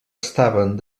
estaven